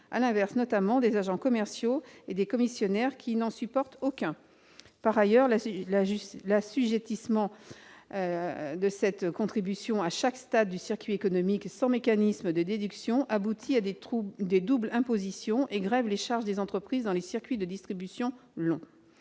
tandis que les agents commerciaux ou les commissionnaires n'en supportent aucun. Par ailleurs, l'assujettissement à la C3S à chaque stade du circuit économique sans mécanisme de déduction aboutit à des doubles impositions et alourdit les charges des entreprises dans les circuits de distribution longs.